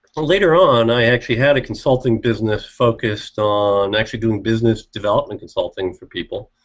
ah later on i actually had a consulting business focused on actually doing business development consulting for people.